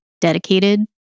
dedicated